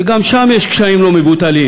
וגם שם יש קשיים לא מבוטלים,